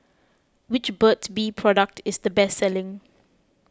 which Burt's Bee product is the best selling